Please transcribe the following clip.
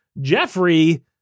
Jeffrey